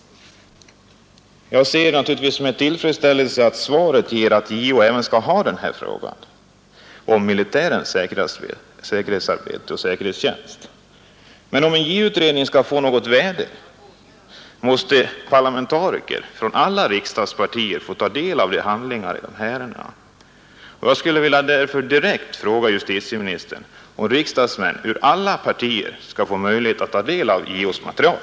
Jag har naturligtvis med tillfredsställelse läst i svaret att JO skall handlägga även denna fråga om militärens säkerhetsarbete och säkerhetstjänst, men om en JO-utredning skall få något värde måste parlamentariker från alla riksdagspartier få ta del av handlingarna. Därför vill jag direkt fråga justitieministern: Kommer riksdagsmän från alla partier att få möjlighet att ta del av JO:s material?